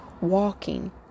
walking